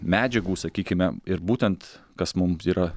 medžiagų sakykime ir būtent kas mums yra